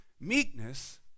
meekness